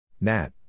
Nat